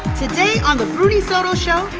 today on the bruni soto show,